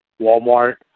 Walmart